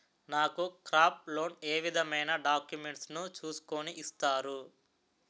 నాకు crop loan ఏ విధమైన డాక్యుమెంట్స్ ను చూస్కుని ఇస్తారు?